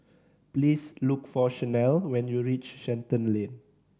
please look for Shanell when you reach Shenton Lane